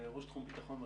ראש תחום ביטחון,